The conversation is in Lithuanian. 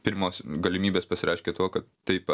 pirmos galimybės pasireiškia tuo kad taip